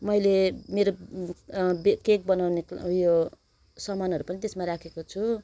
मैले मेरो केक बनाउने उयो सामानहरू पनि त्यसमा राखेको छु